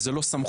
וזו לא סמכות.